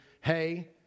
hey